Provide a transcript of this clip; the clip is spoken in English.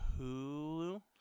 Hulu